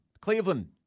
Cleveland